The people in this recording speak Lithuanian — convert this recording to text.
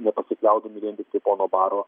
nepasilkliaudami vien tiktai pono baro